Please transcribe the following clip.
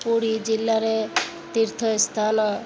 ପୁରୀ ଜିଲ୍ଲାରେ ତୀର୍ଥ ସ୍ଥାନ